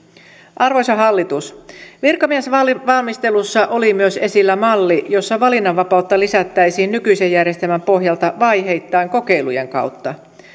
arvoisa hallitus virkamiesvalmistelussa oli esillä myös malli jossa valinnanvapautta lisättäisiin nykyisen järjestelmän pohjalta vaiheittain kokeilujen kautta